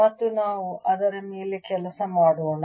ಮತ್ತು ನಾವು ಅದರ ಮೇಲೆ ಕೆಲಸ ಮಾಡೋಣ